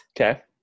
Okay